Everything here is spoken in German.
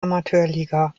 amateurliga